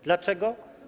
Dlaczego?